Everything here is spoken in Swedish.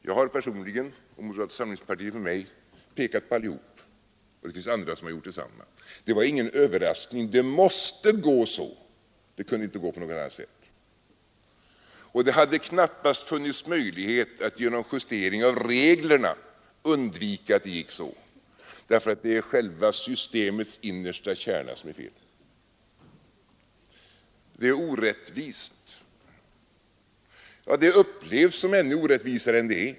Jag personligen — och moderata samlingspartiet med mig — har pekat på allihop, och det finns andra som har gjort detsamma. Det var ingen överraskning att systemet inte skulle komma att fungera. Det måste gå så, det kunde inte gå på något annat sätt. Det hade knappast funnits någon möjlighet att genom justering av reglerna undvika att det gick så, eftersom det är själva systemets innersta kärna som är felaktig. Systemet är orättvist, och det upplevs som ännu orättvisare än det är.